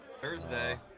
Thursday